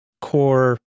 core